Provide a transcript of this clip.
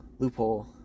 loophole